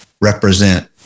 represent